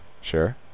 sure